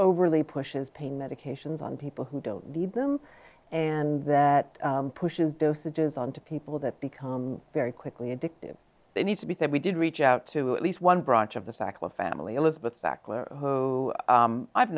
overly pushes pain medications on people who don't need them and that pushes dosages on to people that become very quickly addictive they need to be said we did reach out to at least one branch of the fact one family elizabeth